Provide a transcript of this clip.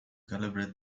calibrate